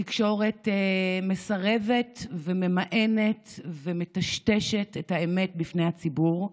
התקשורת מסרבת וממאנת ומטשטשת את האמת בפני הציבור.